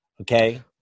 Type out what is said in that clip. okay